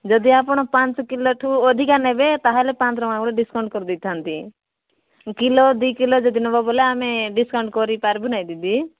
ଯଦି ଆପଣ ପାଞ୍ଚ କିଲୋଠୁ ଅଧିକା ନେବେ ତା'ହେଲେ ପାଞ୍ଚ ଟଙ୍କା ଡିସକାଉଣ୍ଟ୍ କରିଦେଇଥାନ୍ତି କିଲୋ ଦୁଇ କିଲୋ ଯଦି ନେବ ବୋଲେ ଆମେ ଡିସକାଉଣ୍ଟ୍ କରିପାରିବୁ ନାହିଁ ଦିଦି